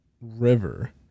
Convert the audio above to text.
river